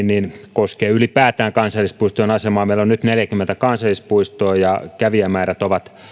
koskee ylipäätään kansallispuistojen asemaa meillä on nyt neljäkymmentä kansallispuistoa ja kävijämäärät ovat